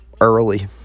early